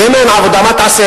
כי אם אין עבודה, מה תעשה?